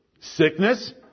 sickness